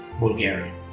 Bulgarian